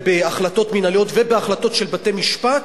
בהחלטות מינהליות ובהחלטות של בתי-משפט